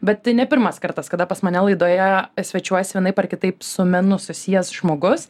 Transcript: bet tai ne pirmas kartas kada pas mane laidoje svečiuojasi vienaip ar kitaip su menu susijęs žmogus